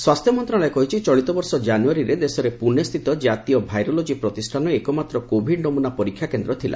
ସ୍ୱାସ୍ଥ୍ୟ ମନ୍ତ୍ରଣାଳୟ କହିଛି ଚଳିତ ବର୍ଷ ଜାନୁଆରୀରେ ଦେଶରେ ପୁନେ ସ୍ଥିତ ଜାତୀୟ ଭାଇରୋଲୋକି ପ୍ରତିଷ୍ଠାନ ଏକମାତ୍ କୋଭିଡ୍ ନମୁନା ପରୀକ୍ଷା କେନ୍ଦ୍ର ଥିଲା